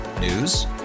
News